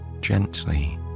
gently